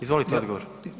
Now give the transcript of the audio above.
Izvolite odgovor.